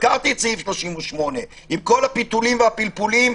הזכרתי את סעיף 38 עם כל הפיתולים ופלפולים,